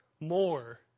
more